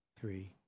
three